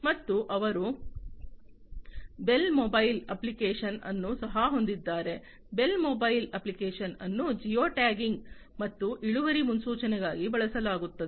ಮತ್ತು ಅವರು ಬೇಲ್ ಮೊಬೈಲ್ ಅಪ್ಲಿಕೇಶನ್ ಅನ್ನು ಸಹ ಹೊಂದಿದ್ದಾರೆ ಬೇಲ್ ಮೊಬೈಲ್ ಅಪ್ಲಿಕೇಶನ್ ಅನ್ನು ಜಿಯೋ ಟ್ಯಾಗಿಂಗ್ ಮತ್ತು ಇಳುವರಿ ಮುನ್ಸೂಚನೆಗಾಗಿ ಬಳಸಲಾಗುತ್ತದೆ